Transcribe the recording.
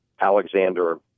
Alexander